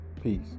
Peace